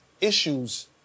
issues